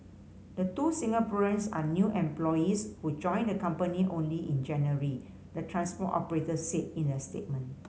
the two Singaporeans are new employees who joined the company only in January the transport operator said in a statement